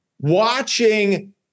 watching